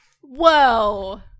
Whoa